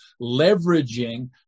leveraging